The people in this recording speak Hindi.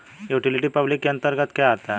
यूटिलिटी पब्लिक के अंतर्गत क्या आता है?